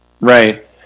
Right